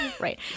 Right